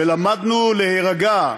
ולמדנו להירגע,